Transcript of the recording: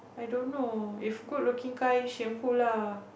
i don't know if good looking kind shameful lah